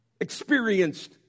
experienced